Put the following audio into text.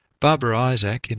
barbara isaac, and